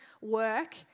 work